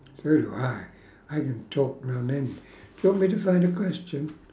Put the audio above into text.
so do I I don't talk now do you want me to find a question